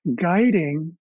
guiding